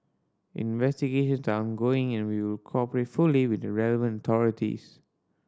investigations are ongoing and we will cooperate fully with the relevant authorities